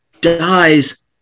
dies